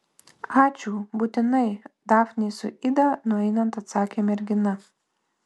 ačiū būtinai dafnei su ida nueinant atsakė mergina